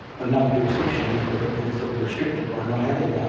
but in other jurisdictions, they're sort of restricted by not having